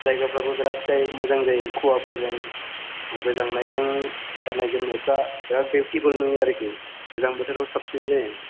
जायगाफोराबो बिराद जायो मोजां जायो खुवाफोरजों गोजांनायजों गाननाय जोमनायफ्रा बिराद बिउटिफुल नुयो आरोखि गोजां बोथोराव साबसिन जायो